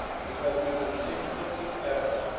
because he continueth ever,